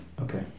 Okay